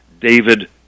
David